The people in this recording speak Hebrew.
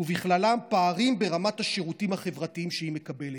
ובכללם פערים ברמת השירותים החברתיים שהיא מקבלת".